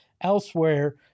elsewhere